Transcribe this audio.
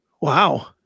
Wow